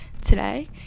Today